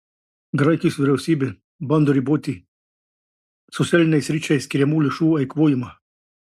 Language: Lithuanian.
graikijos vyriausybė bando riboti socialiniai sričiai skiriamų lėšų eikvojimą